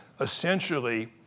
essentially